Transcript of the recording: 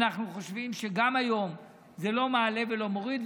אנחנו חושבים שגם היום זה לא מעלה ולא מוריד,